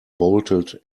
bolted